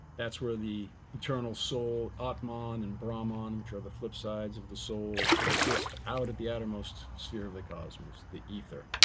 that's where the eternal soul atman and brahman, which are the flip sides of the soul exists out of the outermost sphere of the cosmos, the ether.